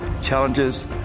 challenges